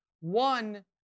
One